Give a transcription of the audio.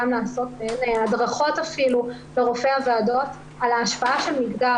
לעשות הדרכות אפילו לרופאי הוועדות על ההשפעה של מגדר